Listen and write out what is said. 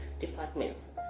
departments